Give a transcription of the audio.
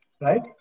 right